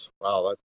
Wow